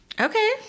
okay